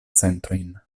sentojn